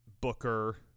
Booker